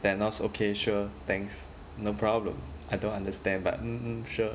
thanks okay sure thanks no problem I don't understand but mm mm sure